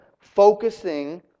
focusing